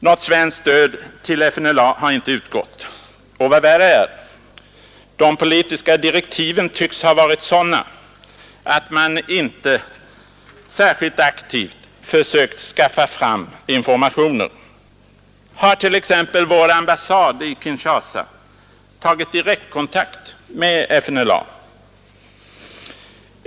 Något svenskt stöd till FNLA har inte utgått och, vad värre är, de politiska direktiven tycks ha varit sådana, att man inte särskilt aktivt försökt skaffa fram informationer. Har t.ex. vår ambassad i Kinshasa tagit direktkontakt med FNLA?